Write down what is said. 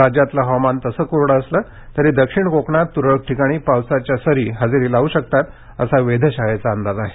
राज्यातलं हवामान तसं कोरडं असलं तरी दक्षिण कोकणात तुरळक ठिकाणी पावसाच्या सरी हजेरी लावू शकतात असा वेधशाळेचा अंदाज आहे